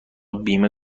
بیمه